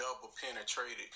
double-penetrated